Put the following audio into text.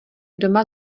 doma